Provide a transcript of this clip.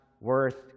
worth